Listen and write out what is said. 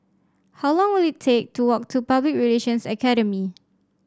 how long will it take to walk to Public Relations Academy